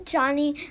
Johnny